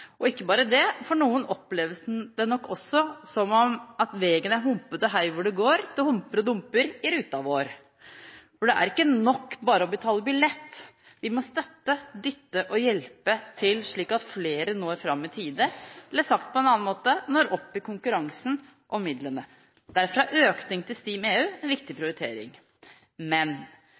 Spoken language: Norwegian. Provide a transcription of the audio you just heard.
Og ikke bare det, for noen oppleves det nok også som at «vegen er humpete, hei hvor det går. Det humper og dumper i ruta vår.» For det er ikke nok bare å betale billett, vi må støtte, dytte og hjelpe til, slik at flere når fram i tide, eller sagt på en annen måte, slik at flere når opp i konkurransen om midlene. Derfor er økningen til STIM-EU en riktig prioritering. Men: